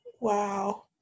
Wow